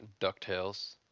DuckTales